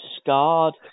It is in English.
scarred